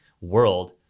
world